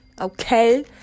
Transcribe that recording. okay